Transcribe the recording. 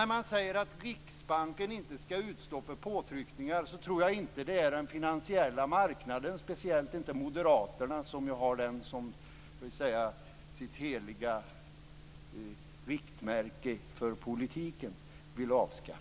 När man säger att Riksbanken inte skall utsättas för påtryckningar, så tror jag inte att det handlar om den finansiella marknaden, speciellt inte för moderaterna som ju har den som sitt heliga riktmärke för politiken. Vad man avser